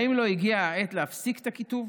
האם לא הגיעה העת להפסיק את הקיטוב,